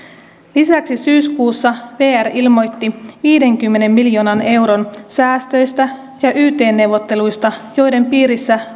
lisäksi syyskuussa vr ilmoitti viidenkymmenen miljoonan euron säästöistä ja yt neuvotteluista joiden piirissä